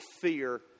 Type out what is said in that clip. fear